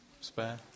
spare